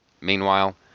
Meanwhile